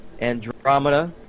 Andromeda